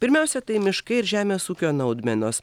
pirmiausia tai miškai ir žemės ūkio naudmenos